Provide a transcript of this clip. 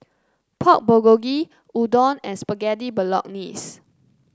Pork Bulgogi Udon and Spaghetti Bolognese